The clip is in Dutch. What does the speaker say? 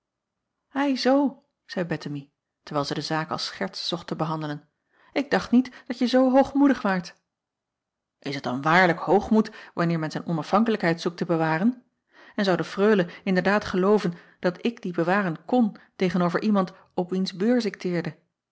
i zoo zeî ettemie terwijl zij de zaak als scherts zocht te behandelen ik dacht niet dat je zoo hoogmoedig waart s het dan waarlijk hoogmoed wanneer men zijn onafhankelijkheid zoekt te bewaren n zou de reule inderdaad gelooven dat ik die bewaren kon tegen-over iemand op wiens